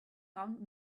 armed